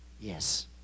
yes